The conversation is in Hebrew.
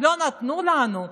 לא נתנו לנו?